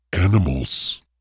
animals